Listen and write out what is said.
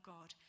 God